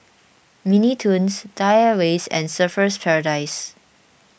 Mini Toons Thai Airways and Surfer's Paradise